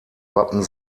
wappen